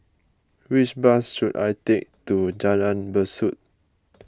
which bus should I take to Jalan Besut